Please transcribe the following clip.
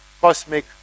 cosmic